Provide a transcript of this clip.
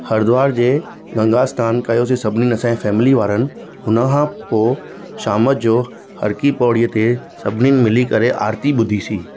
हरीद्वार जे गंगा सनानु कयोसीं सभिनीनि असां जे फ़ैमिली वारनि हुन खां पोइ शाम जो हर की पौड़ीअ ते सभिनीनि मिली करे आरती ॿुधीसीं